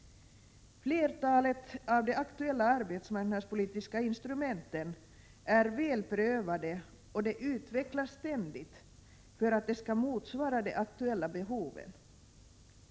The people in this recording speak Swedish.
Flertalet av de aktuella arbetsmarknadspolitiska instrumenten är väl prövade, och de utvecklas ständigt för att de skall motsvara de aktuella behoven.